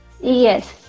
Yes